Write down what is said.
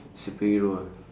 superhero ah